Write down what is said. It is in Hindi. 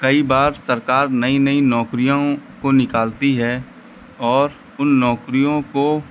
कई बार सरकार नई नई नौकरियों को निकालती है और उन नौकरियों को